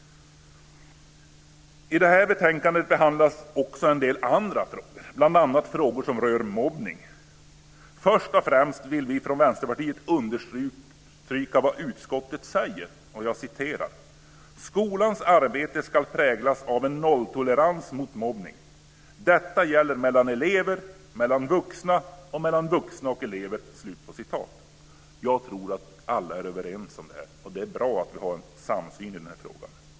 I detta betänkande behandlas också en del andra frågor, bl.a. frågor som rör mobbning. Först och främst vill vi från Vänsterpartiet understryka vad utskottet säger: "Skolans arbete skall präglas av en nolltolerans mot mobbning. Detta gäller mellan elever, mellan vuxna och mellan vuxna och elever." Jag tror att alla är överens om det här. Det är bra att vi har en samsyn i den frågan.